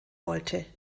wollte